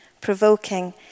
provoking